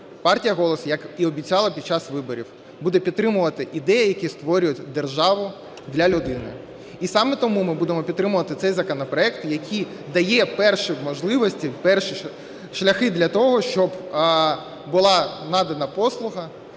партія "Голос", як і обіцяли під час виборів, буде підтримувати ідеї, які створюють державу для людини. І саме тому ми будемо підтримувати цей законопроект, який дає перші можливості, перші шляхи для того, щоб була надана послуга